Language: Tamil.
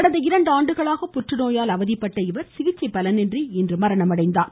கடந்த இரண்டு ஆண்டுகளாக புற்று நோயால் அவதிப்பட்ட இவர் சிகிச்சை பலனின்றி இன்று மரணமடைந்தார்